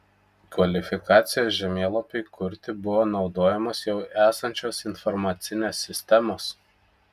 kvalifikacijos žemėlapiui kurti buvo naudojamos jau esančios informacinės sistemos